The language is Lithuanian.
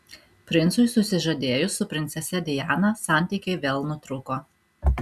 princui susižadėjus su princese diana santykiai vėl nutrūko